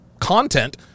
content